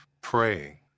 praying